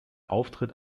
auftritt